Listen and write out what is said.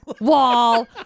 wall